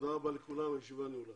תודה רבה לכולם, הישיבה נעולה.